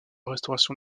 restauration